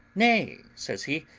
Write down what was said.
nay, says he,